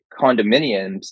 condominiums